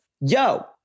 yo